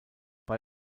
bei